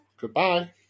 Goodbye